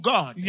God